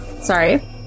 Sorry